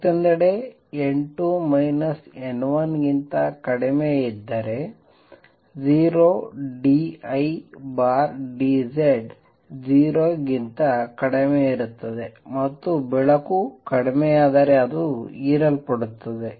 ಮತ್ತೊಂದೆಡೆ n2 n1 ಗಿಂತ ಕಡಿಮೆಯಿದ್ದರೆ 0 d I d Z 0 ಗಿಂತ ಕಡಿಮೆಯಿರುತ್ತದೆ ಮತ್ತು ಬೆಳಕು ಕಡಿಮೆಯಾದರೆ ಅದು ಹೀರಲ್ಪಡುತ್ತದೆ